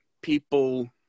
people